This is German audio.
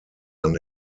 ein